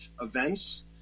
events